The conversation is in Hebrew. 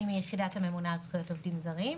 אני מיחידת הממונה על זכויות עובדים זרים.